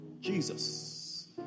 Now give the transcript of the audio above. Jesus